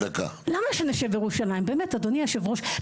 למה שנשב בירושלים באמת אדוני היושב ראש,